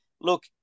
look